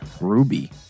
Ruby